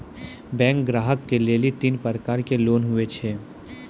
Bank ग्राहक के लेली तीन प्रकर के लोन हुए छै?